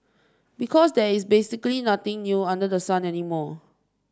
because there's basically nothing new under the sun anymore